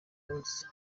munsi